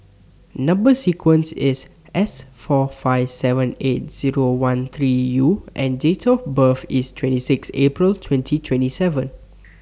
Number sequence IS S four five seven eight Zero one three U and Date of birth IS twenty six April twenty twenty seven